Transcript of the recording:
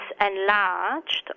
enlarged